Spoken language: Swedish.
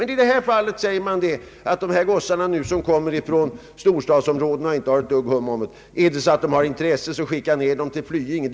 Men i det här fallet sägs det beträffande dessa gossar som kommer från storstadsområdena och som inte har någon hum om hästar: »Är de intresserade, så skicka dem till Flyinge.